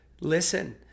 listen